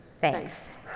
thanks